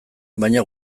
baina